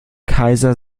kaiser